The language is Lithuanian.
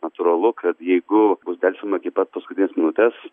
natūralu kad jeigu bus delsiama iki pat paskutinės minutės